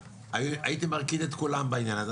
הייתי מרקיד את כולם בעניין הזה,